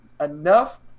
enough